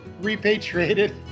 repatriated